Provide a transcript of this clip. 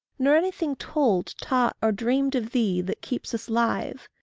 nor anything, told, taught, or dreamed of thee, that keeps us live.